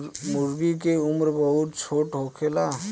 मूर्गी के उम्र बहुत छोट होखेला